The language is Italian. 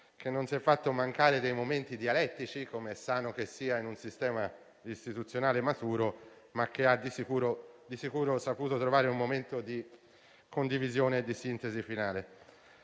quale non sono mancati dei momenti dialettici, come è sano che sia in un sistema istituzionale maturo - hanno certamente saputo trovare un momento di condivisione e di sintesi finale.